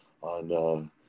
on